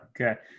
Okay